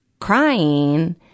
crying